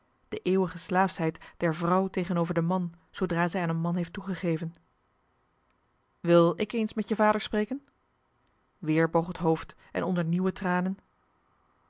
de eeuwige slaafschheid der vrouw tegenover den man zoodra zij aan een man heeft toegegeven wil ik eens met je vader spreken weer boog het hoofd en onder nieuwe tranen